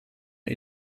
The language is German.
der